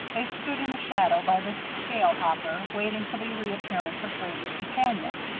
they stood in a shadow, by the scale hopper, waiting for the reappearance of grady's companion.